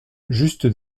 juste